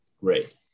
great